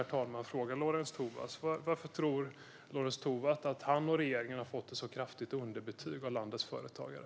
Jag vill fråga Lorentz Tovatt varför han och regeringen har fått ett sådant kraftigt underbetyg av landets företagare.